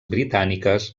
britàniques